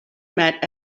met